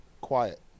quiet